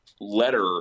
letter